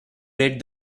read